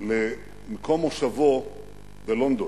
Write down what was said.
למקום מושבו בלונדון.